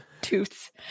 Tooths